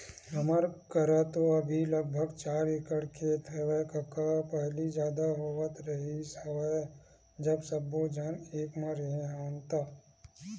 हमर करा तो अभी लगभग चार एकड़ खेत हेवय कका पहिली जादा होवत रिहिस हवय जब सब्बो झन एक म रेहे हवन ता